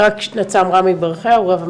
נצ"מ רמי ברכיהו, רב המשטרה,